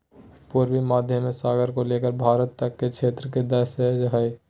पूर्वी भूमध्य सागर से लेकर भारत तक के क्षेत्र के देशज हइ